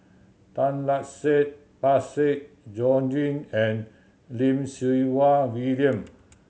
Tan Lark Sye Parsick Joaquim and Lim Siew Wai William